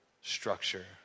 structure